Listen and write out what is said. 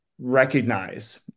recognize